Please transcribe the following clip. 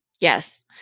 Yes